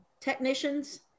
technicians